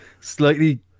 slightly